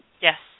Yes